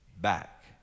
back